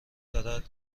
دارد